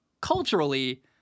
Culturally